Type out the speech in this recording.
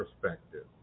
perspective